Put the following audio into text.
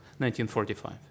1945